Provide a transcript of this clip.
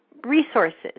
resources